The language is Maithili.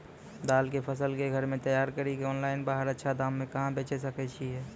दाल के फसल के घर मे तैयार कड़ी के ऑनलाइन बाहर अच्छा दाम मे कहाँ बेचे सकय छियै?